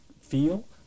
feel